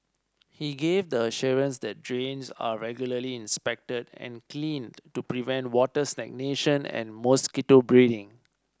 he gave the assurance that drains are regularly inspected and cleaned to prevent water stagnation and mosquito breeding